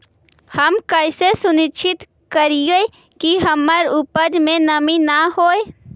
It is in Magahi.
हम कैसे सुनिश्चित करिअई कि हमर उपज में नमी न होय?